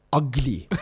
ugly